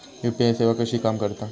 UPI सेवा कशी काम करता?